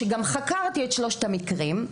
שגם חקרתי את שלושת המקרים,